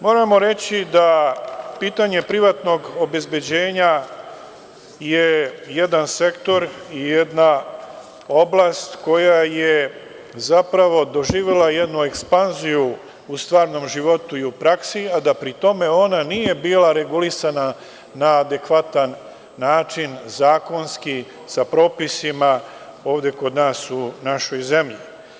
Moramo reći da je pitanje privatnog obezbeđenja jedan sektor i jedna oblast koja je zapravo doživeli jednu ekspanziju u stvarnom životu i u praksi, a da pri tome ona nije bila regulisana na adekvatan način, zakonski i sa propisima ovde kod nas u našoj zemlji.